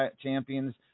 champions